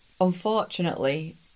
unfortunately